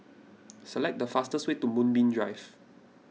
select the fastest way to Moonbeam Drive